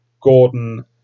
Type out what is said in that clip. Gordon